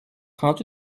rendu